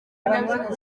ibinyabiziga